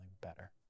better